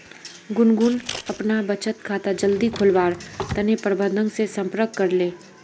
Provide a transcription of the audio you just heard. गुनगुन अपना बचत खाता जल्दी खोलवार तने प्रबंधक से संपर्क करले